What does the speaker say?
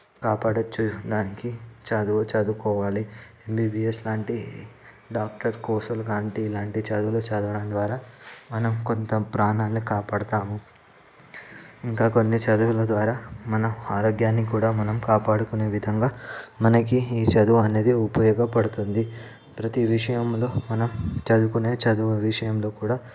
కాపాడవచ్చు దానికి చదువు చదువుకోవాలి ఎంబిబిఎస్ లాంటి డాక్టర్ కోర్స్లు ఇలాంటివి చదువులు చదవడం ద్వారా మనం కొంత ప్రాణాలు కాపాడుతాము ఇంకా కొన్ని చదువుల ద్వారా మన ఆరోగ్యాన్ని కూడా మనం కాపాడుకునే విధంగా మనకు ఈ చదువు అనేది ఉపయోగపడుతుంది ప్రతీ విషయంలో మన చదువుకునే చదువు విషయంలో కూడా